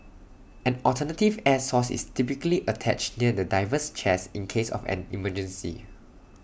an alternative air source is typically attached near the diver's chest in case of an emergency